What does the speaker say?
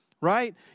Right